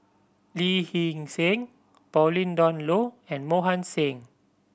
Lee Hee Seng Pauline Dawn Loh and Mohan Singh